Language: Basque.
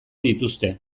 dituzte